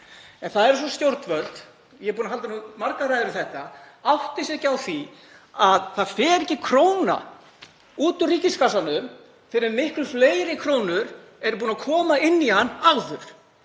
En það er eins og stjórnvöld — ég er búinn að halda margar ræður um þetta — átti sig ekki á því að það fer ekki króna út úr ríkiskassanum fyrr en miklu fleiri krónur hafa komið inn í hann áður.